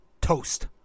Toast